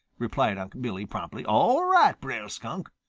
replied unc' billy promptly. all right, brer skunk.